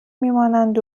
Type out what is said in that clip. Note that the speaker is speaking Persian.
میمانند